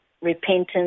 repentance